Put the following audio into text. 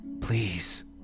Please